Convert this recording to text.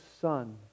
son